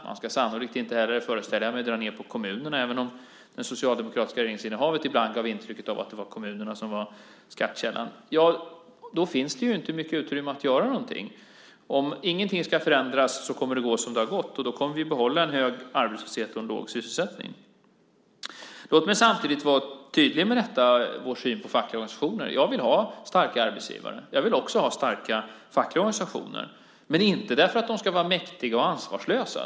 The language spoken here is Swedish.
Man ska sannolikt inte heller - föreställer jag mig - dra ned på kommunerna, även om det socialdemokratiska regeringsinnehavet ibland gav ett intryck av att det var kommunerna som var skattkällan. Men då finns det inte mycket utrymme för att göra någonting. Om ingenting ska förändras kommer det att gå som det gått. Då kommer vi att behålla en hög arbetslöshet och en låg sysselsättning. Låt mig samtidigt vara tydlig med vår syn på fackliga organisationer. Jag vill ha starka arbetsgivare. Jag vill också ha starka fackliga organisationer, men inte därför att de ska vara mäktiga och ansvarslösa.